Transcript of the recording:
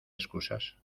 excusas